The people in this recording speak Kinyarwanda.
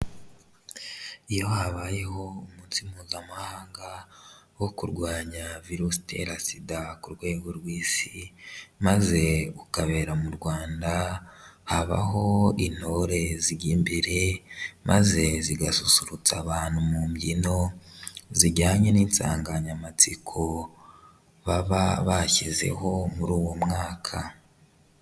Iyo habayeho umunsi mpuzamahanga wo kurwanya virusi itera sida ku rwego rw'isi, maze ukabera mu Rwanda, habaho intore zijya imbere, maze zigasusurutsa abantu mu mbyino zijyanye n'insanganyamatsiko baba bashyizeho muri uwo mwaka.